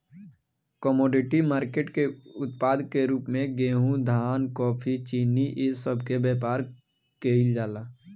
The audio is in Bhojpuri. कमोडिटी मार्केट के उत्पाद के रूप में गेहूं धान कॉफी चीनी ए सब के व्यापार केइल जाला